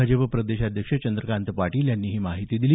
भाजप प्रदेशाध्यक्ष चंद्रकांत पाटील यांनी ही माहिती दिली